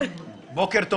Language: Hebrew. בוקר טוב